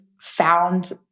found